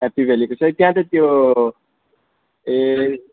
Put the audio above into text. happy भ्यालीको छ है त्यहाँ त त्यो ए